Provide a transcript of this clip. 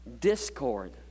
discord